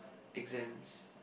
exams